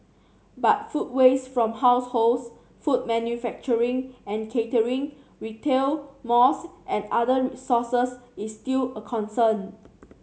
but food waste from households food manufacturing and catering retail malls and other sources is still a concern